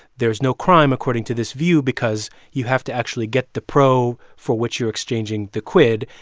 there's no crime, according to this view, because you have to actually get the pro for which you're exchanging the quid.